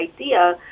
idea